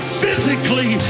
physically